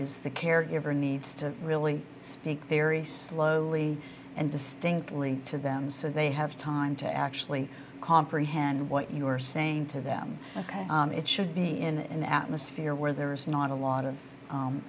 is the caregiver needs to really speak very slowly and distinctly to them so they have time to actually comprehend what you are saying to them ok it should be in an atmosphere where there is not a lot of